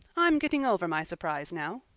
i'm getting over my surprise now.